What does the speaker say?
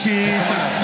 Jesus